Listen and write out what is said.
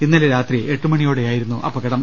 ഇന്നലെ രാത്രി എട്ടുമണിയോടെ ആയിരുന്നു അപകടം